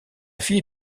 fille